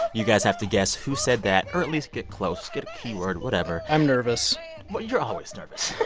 you guys have to guess who said that or at least get close get a keyword, whatever i'm nervous you're always nervous.